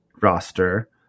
roster